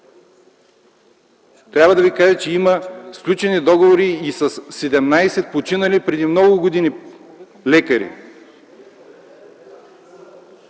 Трябва да Ви кажа, че има сключени договори и със седемнадесет починали преди много години лекари.